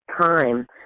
time